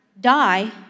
die